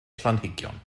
planhigion